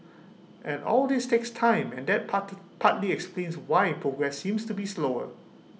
and all this takes time and that part partly explains why progress seems to be slower